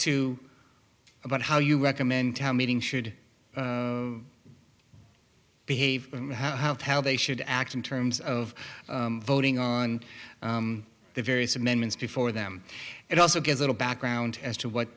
to about how you recommend how meeting should behave and how how they should act in terms of voting on the various amendments before them it also gives little background as to what